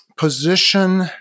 Position